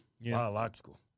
biological